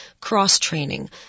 cross-training